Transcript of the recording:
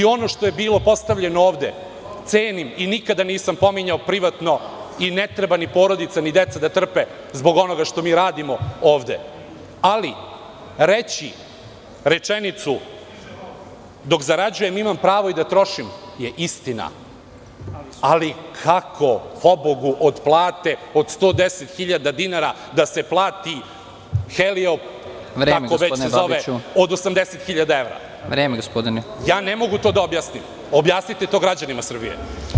Ono što je bilo postavljeno ovde, cenim i nikada nisam pominjao privatno i ne treba ni porodica ni deca da trpe zbog onoga što mi radimo ovde, ali reći rečenicu – dok zarađujem, imam pravo i da trošim, je istina, ali kako, pobogu, od plate od 110.000 dinara da se plati helio, kako već se zove, od 80. hiljada evra. (Predsednik: Vreme, gospodine Babiću.) Ja ne mogu to da objasnim, objasnite to građanima Srbije.